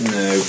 no